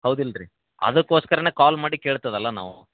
ಹೌದಲ್ರಿ ಅದಕ್ಕೋಸ್ಕರನೆ ಕಾಲ್ ಮಾಡಿ ಕೇಳ್ತದಲ್ಲ ನಾವು